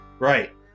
Right